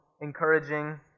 encouraging